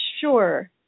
sure